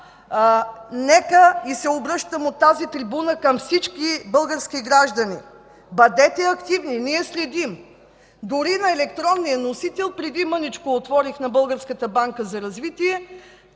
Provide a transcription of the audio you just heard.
подбора. Обръщам от тази трибуна към всички български граждани! Бъдете активни, ние следим. Дори на електронния носител, преди мъничко отворих на Българската